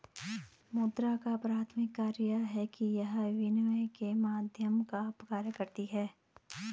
मुद्रा का प्राथमिक कार्य यह है कि यह विनिमय के माध्यम का कार्य करती है